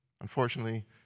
unfortunately